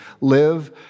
live